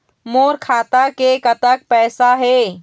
मोर खाता मे कतक पैसा हे?